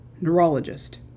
neurologist